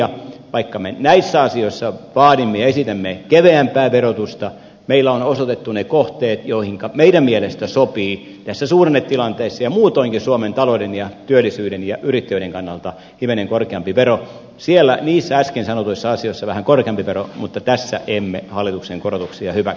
vaikka me näissä asioissa vaadimme ja esitämme keveämpää verotusta meillä on osoitettuna ne kohteet joihinka meidän mielestämme sopii tässä suhdannetilanteessa ja muutoinkin suomen talouden ja työllisyyden ja yrittäjyyden kannalta hivenen korkeampi vero niissä äsken sanotuissa asioissa vähän korkeampi vero mutta tässä emme hallituksen korotuksia hyväksy